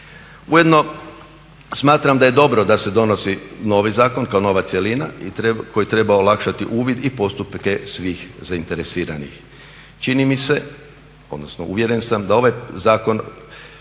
Ujedno smatram da je dobro da se donosi novi zakon kao nova cjelina i koji treba olakšati uvid i postupke svih zainteresiranih. Čini mi se, odnosno uvjeren sam da ovaj zakon